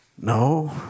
no